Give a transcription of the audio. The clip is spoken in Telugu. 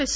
ఎస్